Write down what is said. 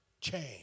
change